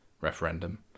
referendum